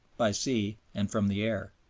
by sea, and from the air,